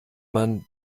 man